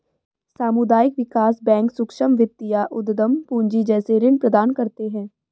सामुदायिक विकास बैंक सूक्ष्म वित्त या उद्धम पूँजी जैसे ऋण प्रदान करते है